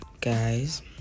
Guys